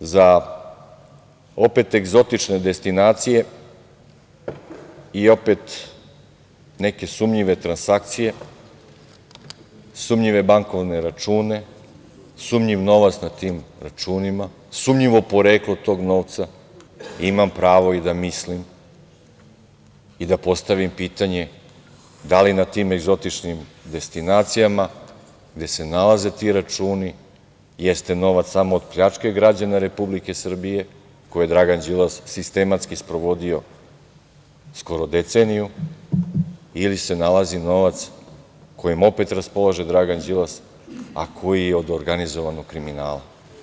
za opet egzotične destinacije i opet neke sumnjive transakcije, sumnjive bankovne račune, sumnjiv novac na tim računima, sumnjivo poreklo tog novca, imam pravo i da mislim i da postavim pitanje – da li na tim egzotičnim destinacijama gde se nalaze ti računi jeste novac samo od pljačke građana Republike Srbije koje je Dragan Đilas sistematski sprovodio skoro deceniju ili se nalazi novac kojim opet raspolaže Dragan Đilas, a koji je od organizovanog kriminala?